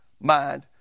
mind